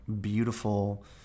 beautiful